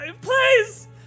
Please